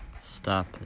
stop